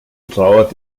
trauert